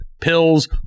pills